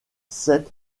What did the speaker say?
sept